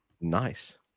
Nice